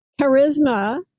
charisma